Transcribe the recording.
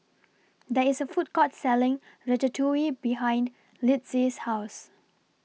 There IS A Food Court Selling Ratatouille behind Litzy's House